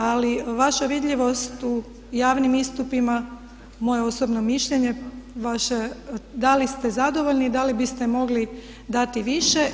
Ali vaša vidljivost u javnim istupima moje osobno mišljenje vaše, da li ste zadovoljni i da li biste mogli dati više.